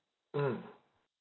mm